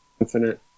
infinite